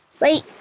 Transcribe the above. Wait